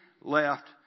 left